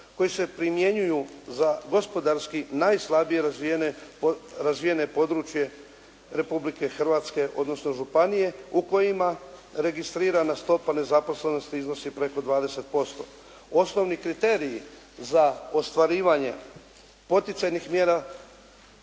koji se primjenjuju za gospodarski najslabije razvijene, razvijene područje Republike Hrvatske, odnosno županije u kojima registrirana stopa nezaposlenosti iznosi preko 20%. Osnovni kriteriji za ostvarivanje poticajnih mjera